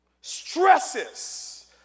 stresses